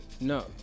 no